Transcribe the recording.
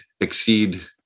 exceed